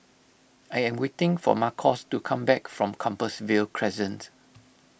I am waiting for Marcos to come back from Compassvale Crescent